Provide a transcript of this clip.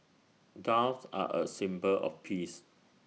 doves are A symbol of peace